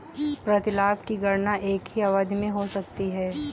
प्रतिलाभ की गणना एक ही अवधि में हो सकती है